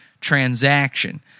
transaction